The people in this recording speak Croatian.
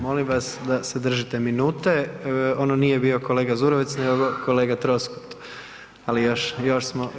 Molim vas da se držite minute, ono nije bio kolega Zurovec nego kolega Troskot, ali još, još smo…